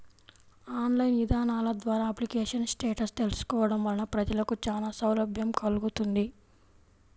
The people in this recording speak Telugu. ఆన్లైన్ ఇదానాల ద్వారా అప్లికేషన్ స్టేటస్ తెలుసుకోవడం వలన ప్రజలకు చానా సౌలభ్యం కల్గుతుంది